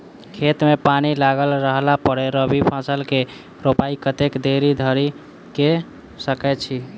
खेत मे पानि लागल रहला पर रबी फसल केँ रोपाइ कतेक देरी धरि कऽ सकै छी?